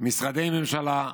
משרדי ממשלה.